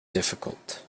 difficult